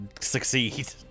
succeed